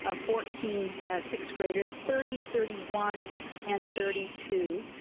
ah fourteen sixth graders, thirty, thirty one and thirty two.